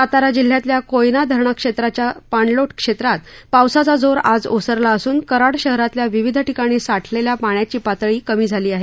सातारा जिल्ह्यातील कोयना धरणा क्षेत्राच्या पाणलोट क्षेत्रात पावसाचा जोर आज ओसरला असून कराड शहरातील विविध ठिकाणी साठलेल्या पाण्याची पातळी कमी झाली आहे